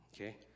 okay